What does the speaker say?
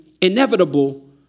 inevitable